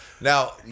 Now